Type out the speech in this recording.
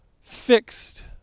fixed